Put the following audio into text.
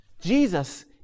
Jesus